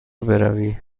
بروی